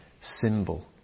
symbol